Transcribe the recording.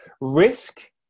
Risk